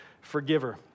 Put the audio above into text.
forgiver